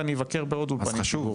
ואני אבקר בעוד אולפנים.